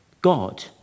God